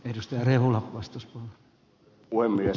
arvoisa herra puhemies